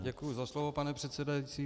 Děkuji za slovo, pane předsedající.